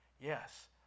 Yes